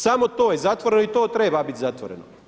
Samo to je zatvoreno i to treba biti zatvoreno.